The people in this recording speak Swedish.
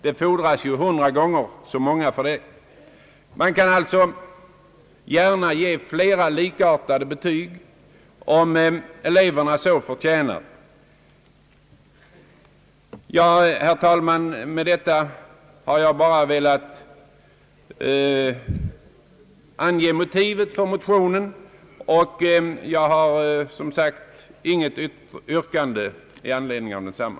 Det fordras ju hundra gånger så stort underlag. Man kan alltså gärna ge flera likartade betyg, om eleverna så förtjänar. Herr talman! Med detta har jag bara velat ange motivet för motionen, och jag har som sagt intet yrkande i anledning av densamma.